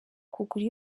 kugura